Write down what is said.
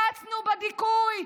קצנו בדיכוי,